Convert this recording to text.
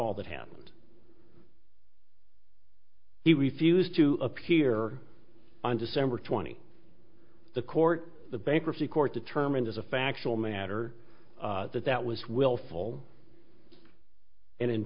all that happened he refused to appear on december twenty the court the bankruptcy court determined as a factual matter that that was